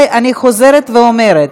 רבותי, אנחנו עוברים להצעת חוק לתיקון